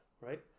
Right